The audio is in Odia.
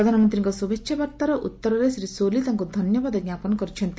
ପ୍ରଧାନମନ୍ତ୍ରୀ ଶୁଭେଚ୍ଛା ବାର୍ତ୍ତାର ଜବାବରେ ଶ୍ରୀ ସୋଲି ତାଙ୍କୁ ଧନ୍ୟବାଦ ଞ୍ଜାପନ କରିଛନ୍ତି